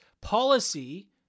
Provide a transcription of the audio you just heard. policy